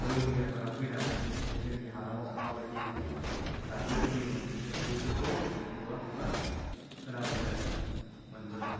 रौनियाफोरा फैनानै जोंनि हालामाव माबादि गाग्लोबफैयोमोन जों बैफोरखौ जोङो खुगा खुगा खोनाबोनो मोनबोदों